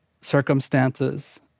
circumstances